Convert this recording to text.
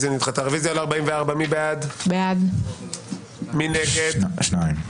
הצבעה בעד, 3 נגד,